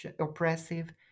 oppressive